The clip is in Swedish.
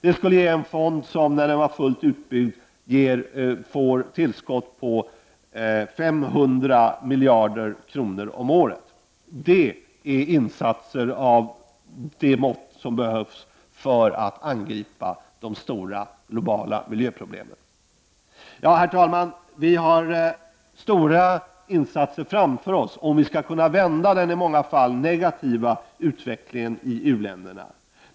Detta skulle ge en fond, som när den var fullt utbyggd får ett tillskott på 500 miljarder kr. om året. Det är insatser av sådana mått som behövs för att angripa de stora globala miljöproblemen. Herr talman! Det krävs att vi gör stora insatser framöver om vi skall kunna vända den i många fall negativa utvecklingen i u-länderna.